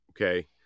okay